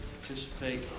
participate